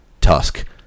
tusk